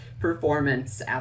performance